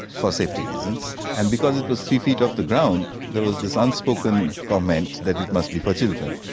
for safety reasons. and because it was three feet off the ground there was this unspoken comment that it must be for children,